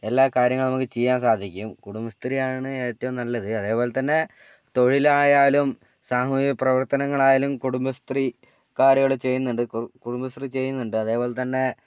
എല്ലാകാര്യങ്ങളും നമുക്ക് ചെയ്യാൻ സാധിക്കും കുടുംബശ്രീയാണ് ഏറ്റവും നല്ലത് അതേപോലെ തന്നെ തൊഴിലായാലും സാമൂഹിക പ്രവർത്തനങ്ങൾ ആയാലും കുടുംബശ്രീക്കാരുകൾ ചെയ്യുന്നുണ്ട് കുടുംബശ്രീ ചെയ്യുന്നുണ്ട് അതുപോലെത്തന്നെ